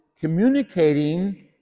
communicating